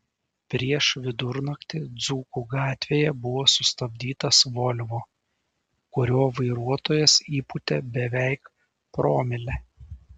prieš vidurnaktį dzūkų gatvėje buvo sustabdytas volvo kurio vairuotojas įpūtė beveik promilę